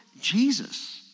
Jesus